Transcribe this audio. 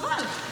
חבל.